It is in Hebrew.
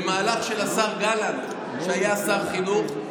במהלך של השר גלנט כשהיה שר חינוך.